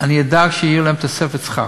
אני אדאג שתהיה להן תוספת שכר.